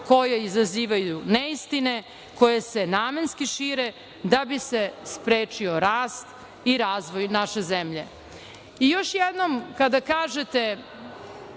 koji izazivaju neistine koje se namenski šire da bi se sprečio rast i razvoj naše zemlje. Još jednom, kada kažete